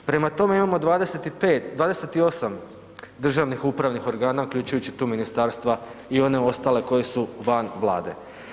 Prema tome, imamo 28 državnih upravnih organa uključujući tu i ministarstava i one ostale koji su van Vlade.